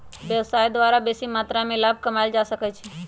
व्यवसाय द्वारा बेशी मत्रा में लाभ कमायल जा सकइ छै